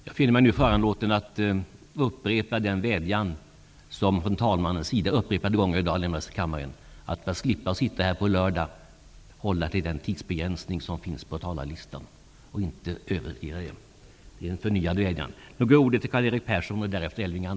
Jag finner mig nu föranlåten att upprepa den vädjan som talmannen i dag upprepade gånger framfört i kammaren. För att slippa sitta här på lördag måste talarna hålla sig till den tidsbegränsning som är angiven på talarlistan och inte överskrida den. Detta är en förnyad vädjan.